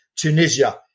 Tunisia